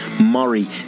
Murray